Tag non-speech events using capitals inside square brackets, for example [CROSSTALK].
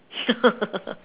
[LAUGHS]